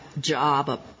job